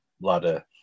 ladder